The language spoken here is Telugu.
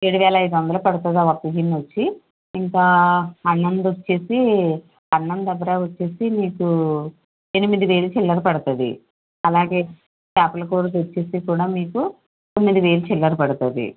ఏడు వేల ఐదు వందలు పడుతుంది ఆ ఒక్కగిన్ని వచ్చి ఇంకా అన్నంది వచ్చి అన్నం దబరా వచ్చి మీకు ఎనిమిది వేల చిల్లర పడుతుంది అలాగే చేపల కూరది వచ్చి మీకు తొమ్మిది వేల చిల్లర పడుతుంది